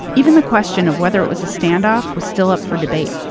even the question of whether it was a standoff was still up for debate.